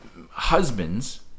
husbands